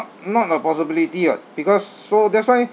not a possibility [what] because so that's why